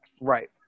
Right